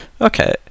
Okay